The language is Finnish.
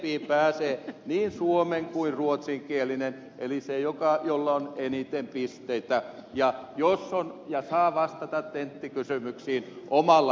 useimpiin pääsee niin suomen kuin ruotsinkielinen eli se jolla on eniten pisteitä ja saa vastata tenttikysymyksiin omalla äidinkielellään